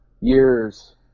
years